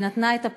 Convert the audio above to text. אני אגיד לך.